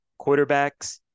quarterbacks